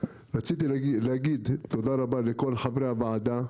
רציתי להגיד תודה רבה לכל חברי הוועדה,